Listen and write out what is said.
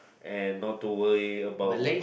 and not to worry about